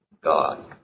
God